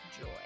joy